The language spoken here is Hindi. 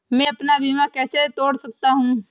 मैं अपना बीमा कैसे तोड़ सकता हूँ?